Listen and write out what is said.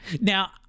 Now